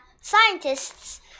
scientists